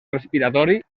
respiratori